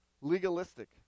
legalistic